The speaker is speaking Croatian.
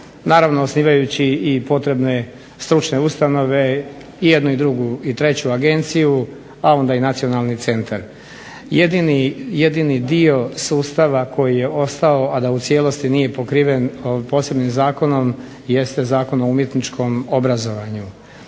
naravno osnivajući i potrebne stručne ustanove, i jednu i drugu i treću agenciju, a onda i nacionalni centar. Jedini dio sustava koji je ostao, a da u cijelosti nije pokriven posebnim zakonom jeste Zakon o umjetničkom obrazovanju.